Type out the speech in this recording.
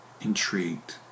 intrigued